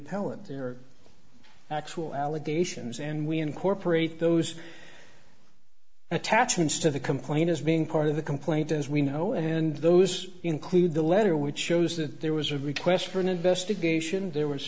appellant there are actual allegations and we incorporate those attachments to the complaint as being part of the complaint as we know and those include the letter which shows that there was a request for an investigation there was